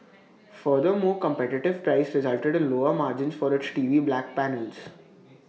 furthermore competitive price resulted in lower margins for its T V back panels